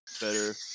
better